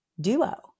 duo